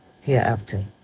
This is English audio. hereafter